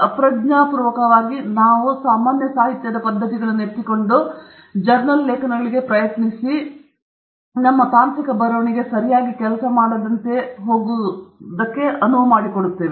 ಅಪ್ರಜ್ಞಾಪೂರ್ವಕವಾಗಿ ನಾವು ಆ ಪದ್ಧತಿಗಳನ್ನು ಎತ್ತಿಕೊಂಡು ಅದನ್ನು ಜರ್ನಲ್ಗಳಿಗೆ ಪ್ರಯತ್ನಿಸಿ ಮತ್ತು ನಮ್ಮ ತಾಂತ್ರಿಕ ಬರವಣಿಗೆಗೆ ಸರಿಯಾಗಿ ಕೆಲಸ ಮಾಡದೆ ಹೋಗುತ್ತೇವೆ